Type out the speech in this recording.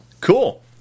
Cool